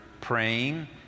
praying